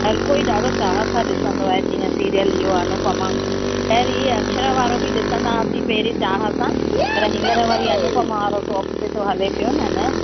हरु कोई ॾाढो चाहे सां ॾिसंदो आहे जीअं सीरियल इहो अनूपमा खैर हीअ अक्षरा वारो बि ॾिसंदा हुआसीं पहिरीं चाह सां पर हीअंर वरी अनूपमा वारो टॉप ते थो हले पियो न न